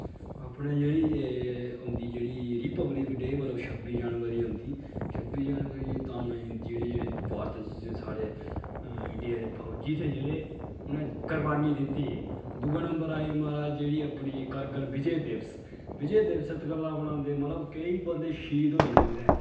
अपनी जेह्ड़ी जे औंदी जेह्ड़ी रिपब्लिक डे मतलब छब्बी जनवरी औंदी छब्बी जनवरी एह् तां मनाई जंदी जेह्ड़े जेह्ड़े भारत च साढ़े इंडियां दे फौजी हे जेह्ड़े उ'नें कुर्बानी दित्ती ही दूए नंबर आई मा'राज जेह्ड़ी करिगल विजय दिवस विजय दिवस इत गल्ला मनांदे मतलब केईं बंदे श्हीद होई दे उत्थै